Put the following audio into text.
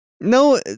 No